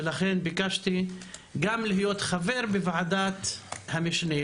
ולכן ביקשתי גם להיות חבר בוועדת המשנה.